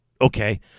okay